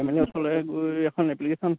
M L এৰ ওচৰলৈ গৈ এখন এপ্লিকেশ্যন